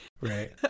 right